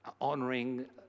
honoring